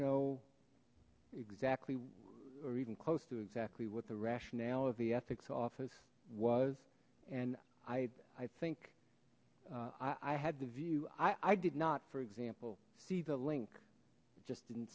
know exactly or even close to exactly what the rationale of the ethics office was and i i think i had the view i i did not for example see the link just didn't